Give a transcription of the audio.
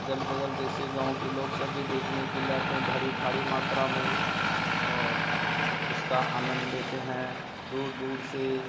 अग़ल बग़ल जैसे गाँव के लोग सभी देखने के लिए आते हैं बड़ी भारी मात्रा में और उसका आनंद लेते हैं दूर दूर से